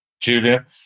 Julia